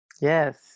yes